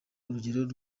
urugero